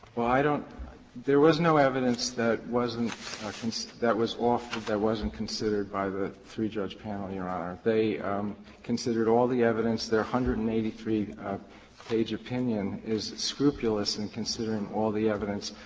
well, i don't there was no evidence that wasn't that was offered that wasn't considered by the three-judge panel, your honor. they considered all the evidence. their one hundred and eighty three page opinion is scrupulous in considering all the evidence,